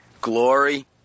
Glory